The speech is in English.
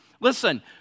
listen